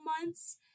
months